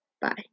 Bye